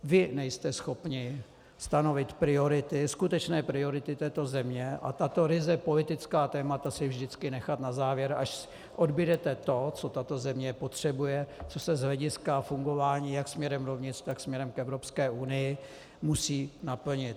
Vy nejste schopni stanovit priority, skutečné priority této země, a tato ryze politická témata si vždycky nechat na závěr, až odbudete to, co tato země potřebuje, co se z hlediska fungování jak směrem dovnitř, tak směrem k Evropské unii musí naplnit.